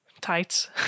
tights